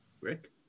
Rick